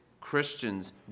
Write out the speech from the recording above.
Christians